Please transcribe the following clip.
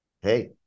Hey